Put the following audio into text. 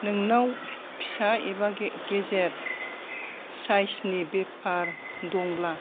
नोंनाव फिसा एबा गेजेर साइसनि बेफार दंब्ला